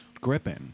gripping